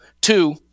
two